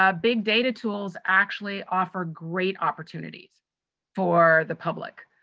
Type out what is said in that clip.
ah big data tools actually offer great opportunities for the public.